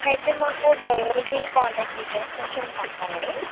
అయితే మాకు డ్రైవరు ది కాంటాక్ట్ డీటైల్స్ కొంచెం పంపండి